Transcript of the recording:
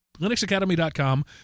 linuxacademy.com